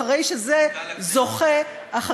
אחרי שזה זוכה, מנכ"ל הכנסת.